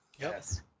Yes